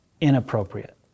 inappropriate